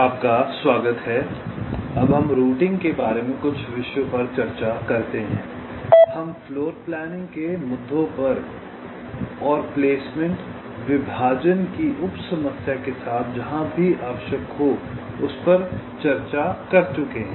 आपका स्वागत है अब हम रूटिंग के बारे में कुछ विषयों पर चर्चा करते हैं अब हम फ्लोर प्लानिंग के मुद्दों पर और प्लेसमेंट विभाजन की उप समस्या के साथ जहां भी आवश्यक हो पर चर्चा कर चुके हैं